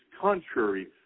contrary